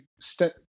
step